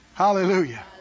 Hallelujah